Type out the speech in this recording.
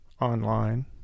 online-